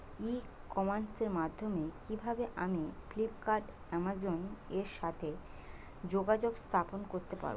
ই কমার্সের মাধ্যমে কিভাবে আমি ফ্লিপকার্ট অ্যামাজন এর সাথে যোগাযোগ স্থাপন করতে পারব?